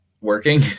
working